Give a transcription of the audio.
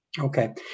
Okay